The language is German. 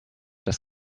das